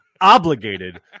obligated